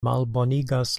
malbonigas